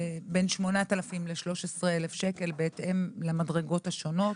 זה בין 8,000 ל-13,000 שקל בהתאם למדרגות השוות,